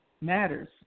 matters